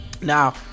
Now